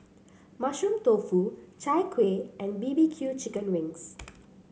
Mushroom Tofu Chai Kueh and B B Q Chicken Wings